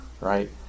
right